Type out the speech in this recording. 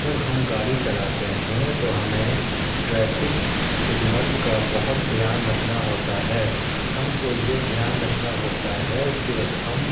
جب ہم گاڑی چلاتے ہیں تو ہمیں ٹریفک سگنل کا بہت دھیان رکھنا ہوتا ہے ہم کو یہ دھیان رکھنا ہوتا ہے کہ ہم